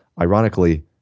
Ironically